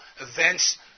events